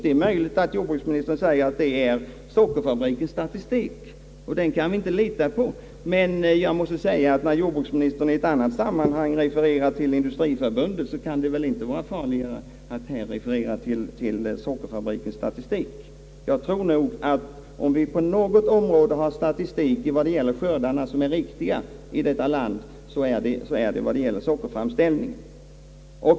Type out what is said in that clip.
Det är möjligt att jordbruksministern säger att det bara är Sockerbolagets statistik och att man inte kan lita på den, men när jordbruksministern i ett annat sammanhang refererar till Industriförbundet kan det väl inte vara farligare att här referera till Sockerbolagets statistik. Om vi på något område har en skördestatistik som är riktig, är det nog den statistik som gäller sockerframställningen.